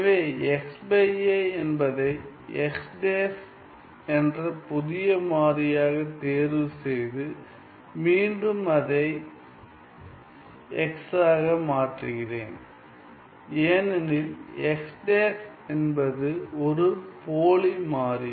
எனவே என்பதை என்ற புதிய மாறியாகத் தேர்வு செய்து மீண்டும் அதை ஆக மாற்றுகிறேன் ஏனெனில் என்பது ஒரு போலி மாறி